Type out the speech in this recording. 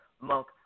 monk